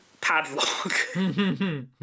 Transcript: padlock